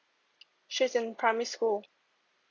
she's in primary school